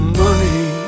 money